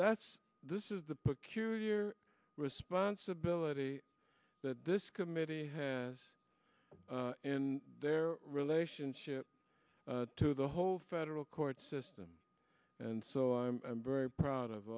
that's this is the peculiar responsibility that this committee has in their relationship to the whole federal court system and so i'm very proud of